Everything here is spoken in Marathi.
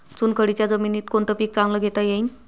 चुनखडीच्या जमीनीत कोनतं पीक चांगलं घेता येईन?